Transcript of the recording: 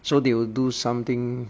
so they will do something